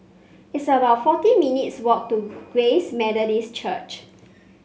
it's about forty minutes' walk to Grace Methodist Church